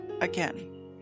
again